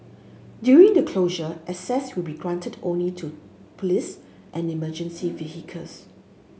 during the closure access will be granted only to police and emergency vehicles